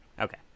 Okay